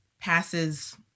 passes